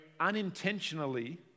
unintentionally